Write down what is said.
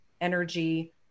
energy